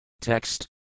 Text